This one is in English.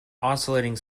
oscillating